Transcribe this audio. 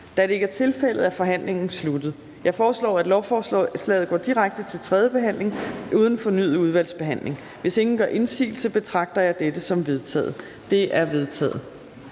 som forkastet. De er forkastet. Jeg foreslår, at lovforslaget går direkte til tredje behandling uden fornyet udvalgsbehandling. Hvis ingen gør indsigelse, betragter jeg dette som vedtaget. Det er vedtaget.